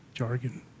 jargon